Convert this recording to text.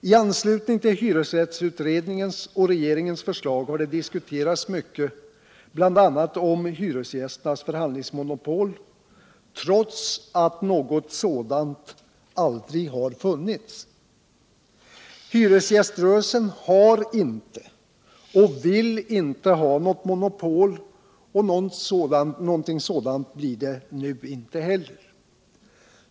I anslutning till hyresrättsutredningens och regeringens förslag har det diskuterats mycket bl.a. om hyresgästernas förhandlingsmonopol trots att något sådant aldrig har funnits. Hyresgäströrelsen har inte och vill inte ha något monopol, och 63 något sådant blir det nu inte heller.